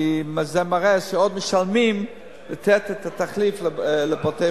כי זה מראה שעוד משלמים כדי לתת את התחליף לבתי-חולים,